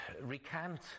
recant